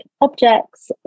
objects